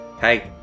hey